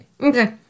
Okay